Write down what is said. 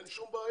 אין שום בעיה,